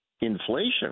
inflation